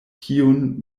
kiun